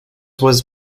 was